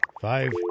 Five